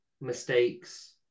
mistakes